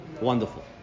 Wonderful